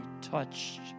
touched